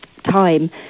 time